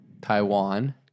Taiwan